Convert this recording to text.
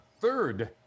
third